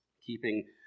keeping